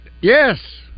Yes